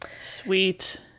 Sweet